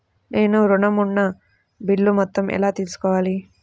నేను ఋణం ఉన్న బిల్లు మొత్తం ఎలా తెలుసుకోవాలి?